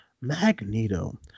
Magneto